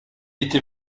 était